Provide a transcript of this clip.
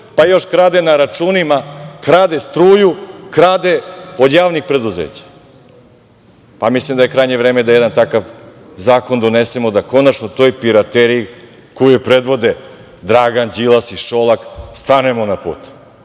pa još krade na računima, krade struju, krade od javnih preduzeća. Pa, mislim da je krajnje vreme da jedan takav zakon donesemo da konačno toj pirateriji koju predvode Dragan Đilas i Šolak stanemo na put